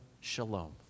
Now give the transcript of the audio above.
Shalom